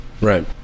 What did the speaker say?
Right